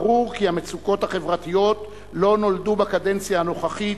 ברור כי המצוקות החברתיות לא נולדו בקדנציה הנוכחית,